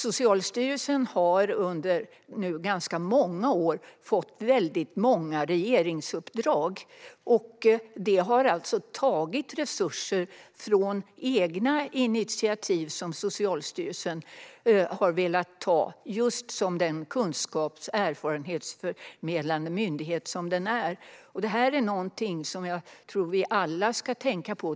Socialstyrelsen har under ganska många år nu fått väldigt många regeringsuppdrag. Det har tagit resurser från egna initiativ som Socialstyrelsen har velat ta som den kunskaps och erfarenhetsförmedlande myndighet den är. Detta är någonting som jag tror att vi alla ska tänka på.